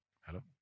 Hello